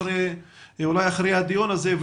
אחרי הדיון הזה,